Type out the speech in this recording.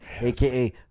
aka